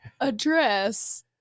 Address